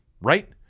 right